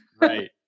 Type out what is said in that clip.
Right